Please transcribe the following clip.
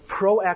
proactive